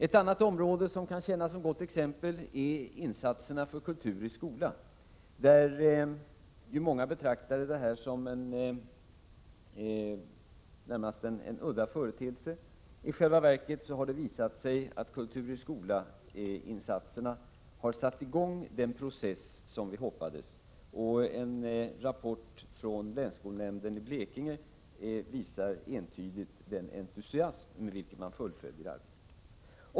Ett annat område som kan tjäna som gott exempel är insatserna för kultur i skolan. Många betraktade detta närmast som en udda företeelse. I själva verket har det visat sig att kultur-i-skola-insatserna har satt i gång den process som vi hoppades på. En rapport från länsskolnämnden i Blekinge visar entydigt den entusiasm med vilken man fullföljer arbetet.